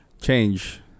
Change